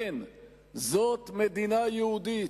כן, זו מדינה יהודית,